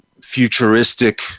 futuristic